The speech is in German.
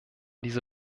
diese